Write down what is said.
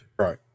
Right